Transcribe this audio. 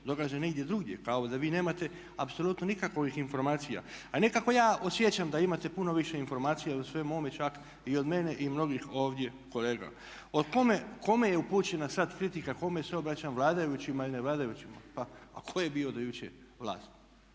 događa negdje drugdje, kao da vi nemate apsolutno nikakvih informacija. A nekako ja osjećam da imate puno više informacija o svemu ovome čak i od mene i od mnogih ovdje kolega. Kome je upućena sad kritika, kome se obraćam, vladajućima ili nevladajućima? Pa tko je bio do jučer vlast?